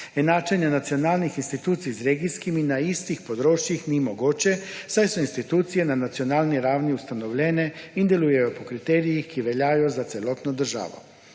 Enačenje nacionalnih institucij z regijskimi na istih področjih ni mogoče, saj so institucije na nacionalni ravni ustanovljene in delujejo po kriterijih, ki veljajo za celotno državo.